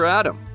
Adam